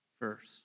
first